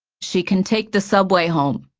she can take the subway home,